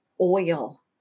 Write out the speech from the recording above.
oil